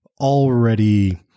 already